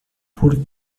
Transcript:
por